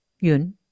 Yun